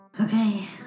Okay